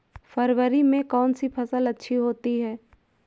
फरवरी में कौन सी फ़सल अच्छी होती है?